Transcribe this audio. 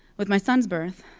with my son's birth,